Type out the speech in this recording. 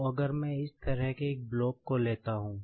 तो अगर मैं इस तरह से एक ब्लॉक को लेता हूं